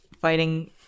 Fighting